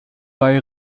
bei